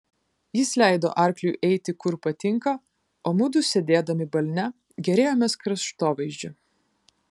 jis leido arkliui eiti kur patinka o mudu sėdėdami balne gėrėjomės kraštovaizdžiu